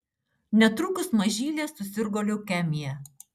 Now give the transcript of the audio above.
netrukus mažylė susirgo leukemija